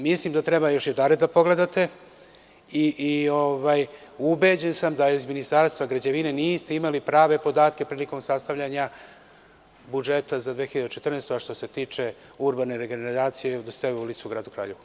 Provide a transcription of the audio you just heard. Mislim da treba još jednom da pogledate i ubeđen sam da iz Ministarstva građevine niste imali prave podatke prilikom sastavljanja budžeta za 2014. godinu, a što se tiče urbane regeneracije u Dositejevoj ulici uGradu Kraljevu.